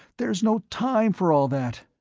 there's no time for all that!